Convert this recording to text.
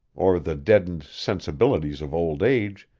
or the deadened sensibilities of old age,